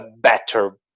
better